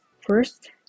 First